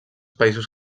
països